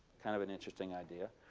kind of an interesting idea.